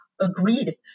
agreed